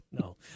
No